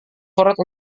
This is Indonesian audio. surat